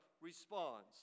responds